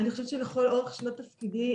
אני חושבת שלכל אורך שנות תפקידי,